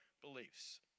beliefs